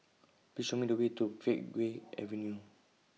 Please Show Me The Way to Pheng Geck Avenue